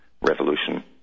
revolution